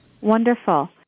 Wonderful